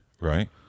Right